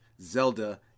Zelda